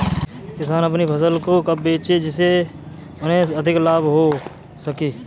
किसान अपनी फसल को कब बेचे जिसे उन्हें अधिक लाभ हो सके?